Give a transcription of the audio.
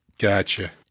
Gotcha